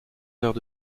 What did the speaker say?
heures